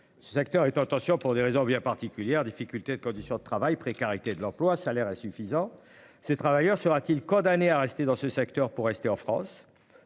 Ce secteur est en détention pour des raisons bien particulières. Difficulté de conditions de travail, précarité de l'emploi, salaires insuffisants, ces travailleurs sera-t-il condamné à rester dans ce secteur pour rester en France.